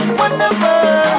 wonderful